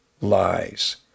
lies